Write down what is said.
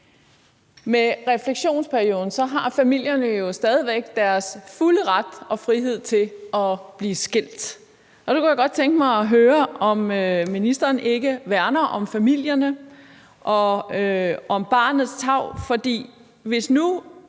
Med refleksionsperioden har familierne jo stadig væk deres fulde ret og frihed til at blive skilt, og så kunne jeg godt tænke mig at høre, om ministeren ikke værner om familierne og barnets tarv, for hvis nu